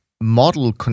model